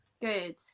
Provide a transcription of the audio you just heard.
good